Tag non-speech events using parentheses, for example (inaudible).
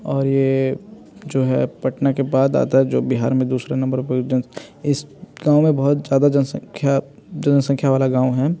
और ये जो है पटना के बाद आता है जो बिहार में दूसरे नंबर पर (unintelligible) इस गाँव में बहुत ज़्यादा जनसंख्या जनसंख्या वाला गाँव है